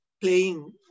playing